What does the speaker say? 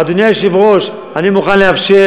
אדוני היושב-ראש, אני מוכן לאפשר